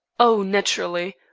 oh, naturally.